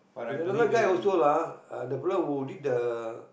there's another guy also lah ah the fella who did the